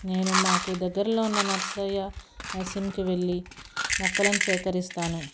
నేను మాకు దగ్గరలో ఉన్న నర్సయ్య నర్సరికి వెళ్ళి మొక్కలను సేకరిస్తాను